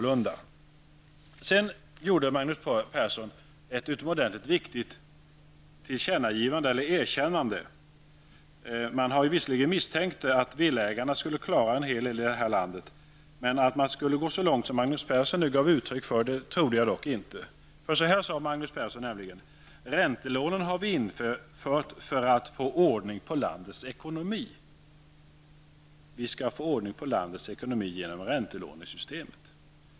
Magnus Persson gjorde sedan ett utomordentligt viktigt erkännande. Jag har visserligen misstänkt att villaägarna skall klara en hel del i det här landet, men att man skulle gå så långt som Magnus Persson nu ger uttryck för trodde jag dock inte. Magnus Persson sade nämligen följande: Räntelånen har vi infört för att få ordning på landets ekonomi -- vi skall få ordning på landets ekonomi genom räntelånesystemet.